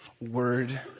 word